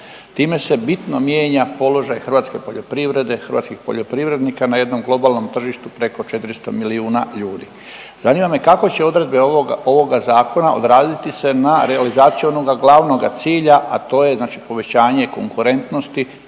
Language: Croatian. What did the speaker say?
Time se bitno mijenja položaj hrvatske poljoprivrede, hrvatskih poljoprivrednika na jednom globalnom tržištu preko 400 milijuna ljudi. Zanima me kako će odredbe ovoga zakona odraziti se na realizaciju onoga glavnoga cilja, a to je znači povećanje konkurentnosti,